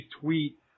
tweet